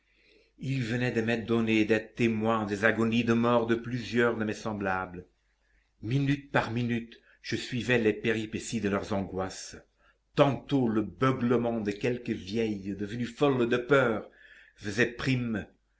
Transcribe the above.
il venait de m'être donné d'être témoin des agonies de mort de plusieurs de mes semblables minute par minute je suivais les péripéties de leurs angoisses tantôt le beuglement de quelque vieille devenue folle de peur faisait prime